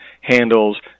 handles